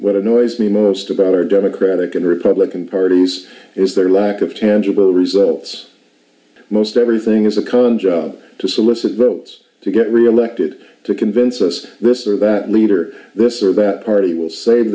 what annoys me most about our democratic and republican parties is their lack of tangible results most everything is a con job to solicit votes to get reelected to convince us mr that leader this or that party will save